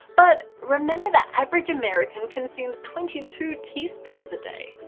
but, remember the average american consumes twenty two teaspoons a day.